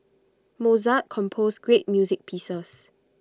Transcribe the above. Mozart composed great music pieces